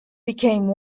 became